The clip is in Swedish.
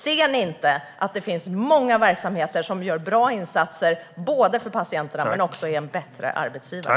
Ser ni inte att det finns många verksamheter som gör bra insatser för patienterna men som också är bättre arbetsgivare?